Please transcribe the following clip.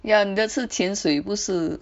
ya 你的是潜水不是